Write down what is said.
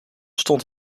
stond